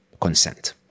consent